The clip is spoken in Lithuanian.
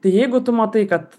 tai jeigu tu matai kad